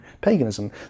paganism